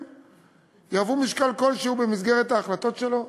יהוו משקל כלשהו במסגרת ההחלטות שלו.